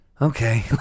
okay